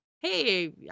hey